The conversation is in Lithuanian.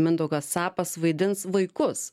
mindaugas capas vaidins vaikus